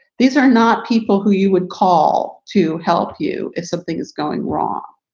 these are not people who you would call to help you if something is going wrong.